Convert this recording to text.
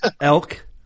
elk